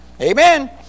Amen